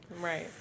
Right